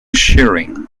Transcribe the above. shearing